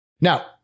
Now